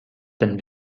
dann